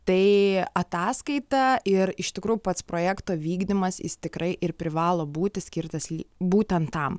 tai ataskaita ir iš tikrųjų pats projekto vykdymas jis tikrai ir privalo būti skirtas būtent tam